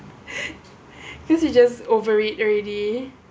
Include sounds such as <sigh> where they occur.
<breath> because you just over it already